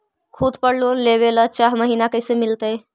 खूत पर लोन लेबे ल चाह महिना कैसे मिलतै?